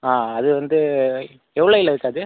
ஆ அது வந்து எவ்வளோல இருக்குது அது